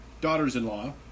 daughters-in-law